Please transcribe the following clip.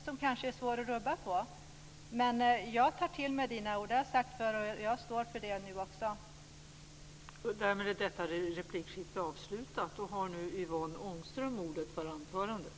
En sådan kan ju också vara svår att rubba. Jag tar till mig Sten Lundströms ord. Det har jag sagt förr, och jag står för det nu också.